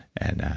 and,